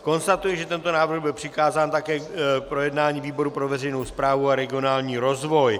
Konstatuji, že tento návrh byl přikázán také k projednání výboru pro veřejnou správu a regionální rozvoj.